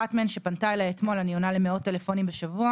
אחת מהן שפנתה אליי אתמול אני עונה למאות טלפונים בשבוע